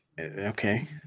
okay